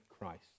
Christ